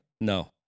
No